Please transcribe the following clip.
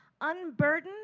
unburdened